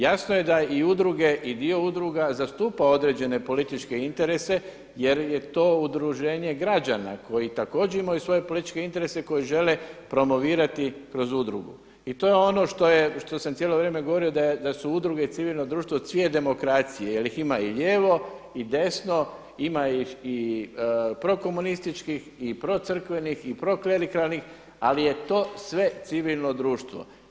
Jasno da i udruge i dio udruga zastupa određene političke interese jer je to udruženje građana koji također imaju svoje političke interese koje žele promovirati kroz udrugu i to je ono što je, što sam cijelo vrijeme govorio da su udruge cvijet demokracije jer ih ima i lijevo i desno, ima ih i prokomunističkih i procrkvenih i proklerikalnih ali je to sve civilno društvo.